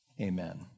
Amen